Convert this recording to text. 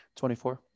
24